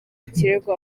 ikirego